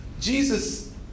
Jesus